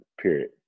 period